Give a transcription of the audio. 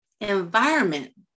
environment